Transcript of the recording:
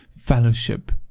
fellowship